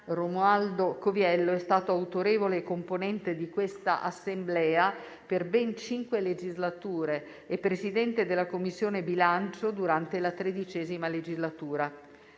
Romualdo Coviello è stato autorevole componente di questa Assemblea per ben cinque legislature e Presidente della Commissione bilancio durante la XIII legislatura.